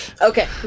Okay